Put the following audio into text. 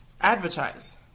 advertise